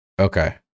Okay